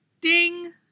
ding